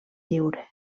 lliure